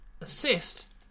assist